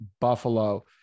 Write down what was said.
Buffalo